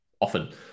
often